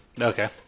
okay